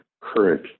current